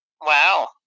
Wow